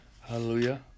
hallelujah